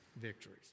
victories